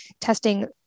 testing